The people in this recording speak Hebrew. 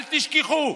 אל תשכחו.